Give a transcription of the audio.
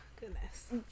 Goodness